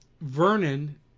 Vernon